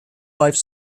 life